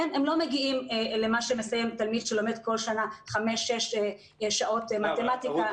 הם לא מגיעים למה שמסיים תלמיד שלומד כל שנה 5-6 שעות מתמטיקה.